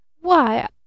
Why